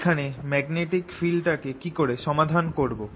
এখানে ম্যাগনেটিক ফিল্ডটাকে কিকরে সমাধান করব